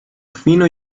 fino